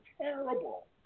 terrible